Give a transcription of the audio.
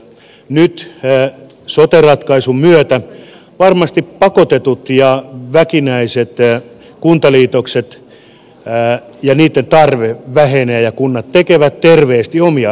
nyt sote ratkaisun myötä varmasti pakotetut ja väkinäiset kuntaliitokset ja niiden tarve vähenevät ja kunnat tekevät terveesti omia ratkaisujaan